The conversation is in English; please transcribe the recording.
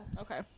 Okay